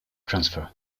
transfer